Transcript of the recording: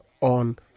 on